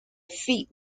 feet